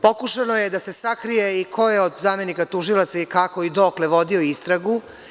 Pokušano je da se sakrije i ko je od zamenika tužilaca, i kako, i dokle, vodio istragu.